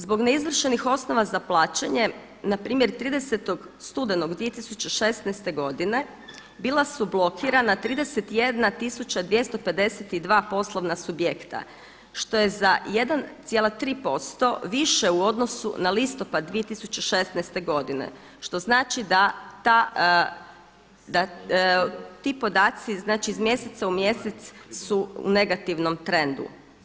Zbog neizvršenih osnova za plaćanje, na primjer 30. studenog 2016. godine bila su blokirana 31252 poslovna subjekta što je za 1,3% više u odnosu na listopad 2016. godine što znači da ti podaci, znači iz mjeseca u mjesec su u negativnom trendu.